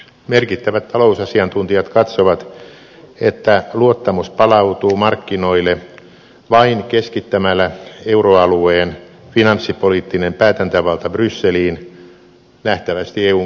merkittävät talousasiantuntijat katsovat että luottamus palautuu markkinoille vain keskittämällä euroalueen finanssipoliittinen päätäntävalta brysseliin nähtävästi eun komissiolle